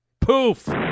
poof